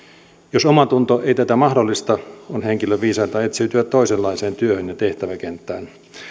jos omatunto ei tätä mahdollista on henkilön viisainta etsiytyä toisenlaiseen työhön ja tehtäväkenttään